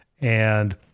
And-